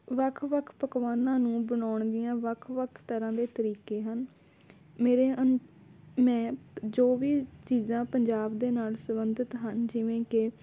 ਵੱਖ ਵੱਖ ਪਕਵਾਨਾਂ ਨੂੰ ਬਣਾਉਣ ਦੀਆਂ ਵੱਖ ਵੱਖ ਤਰ੍ਹਾਂ ਦੇ ਤਰੀਕੇ ਹਨ ਮੇਰੇ ਮੈਂ ਜੋ ਵੀ ਚੀਜ਼ਾਂ ਪੰਜਾਬ ਦੇ ਨਾਲ ਸੰਬੰਧਿਤ ਹਨ ਜਿਵੇਂ ਕਿ